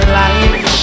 life